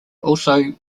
also